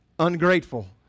Ungrateful